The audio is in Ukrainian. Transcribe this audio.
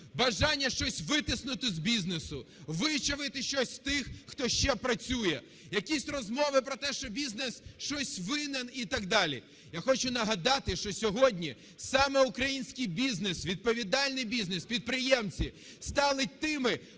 бажання щось витиснути з бізнесу, вичавити щось з тих, хто ще працює, якісь розмови про те, що бізнес щось винен і так далі. Я хочу нагадати, що сьогодні саме український бізнес, відповідальний бізнес, підприємці стали тими,